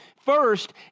First